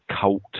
cult